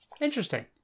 Interesting